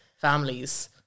families